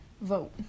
vote